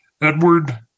Edward